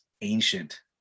ancient